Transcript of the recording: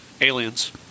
Aliens